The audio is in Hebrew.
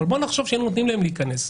בואו נחשוב שהיינו נותנים להם להיכנס.